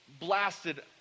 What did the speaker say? blasted